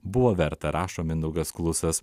buvo verta rašo mindaugas klusas